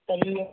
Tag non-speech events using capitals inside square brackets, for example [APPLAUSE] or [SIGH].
[UNINTELLIGIBLE]